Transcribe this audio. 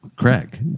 Craig